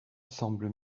semble